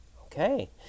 Okay